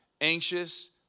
anxious